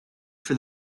for